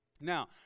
Now